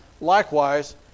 likewise